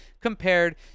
compared